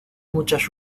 muchas